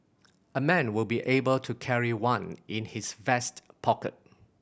a man will be able to carry one in his vest pocket